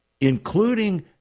including